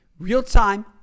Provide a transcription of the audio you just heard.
Real-time